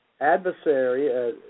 adversary